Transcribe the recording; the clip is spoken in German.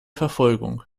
verfolgung